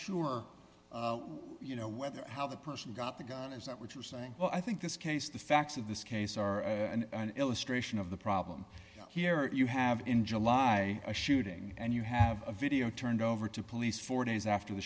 sure you know whether how the person got the gun is that what you're saying well i think this case the facts of this case are an illustration of the problem here you have in july a shooting and you have a video turned over to police four days after the